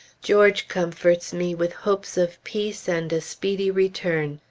george comforts me with hopes of peace, and a speedy return.